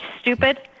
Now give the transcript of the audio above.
stupid